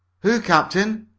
who, captain?